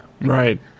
Right